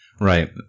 Right